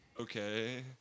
okay